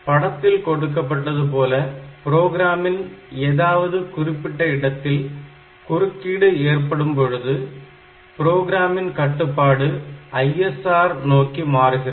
படத்தில் கொடுக்கப்பட்டது போல புரோகிராமின் ஏதாவது குறிப்பிட்ட இடத்தில் குறுக்கீடு ஏற்படும் பொழுது ப்ரோக்ராமின் கட்டுப்பாடு ISR நோக்கி மாறுகிறது